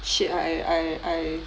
shit I I I